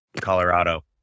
Colorado